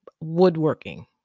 woodworking